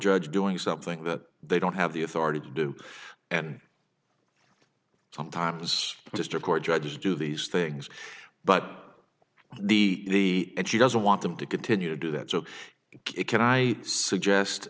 judge doing something that they don't have the authority to do and sometimes district court judges do these things but the and she doesn't want them to continue to do that so can i suggest